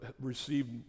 received